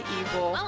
evil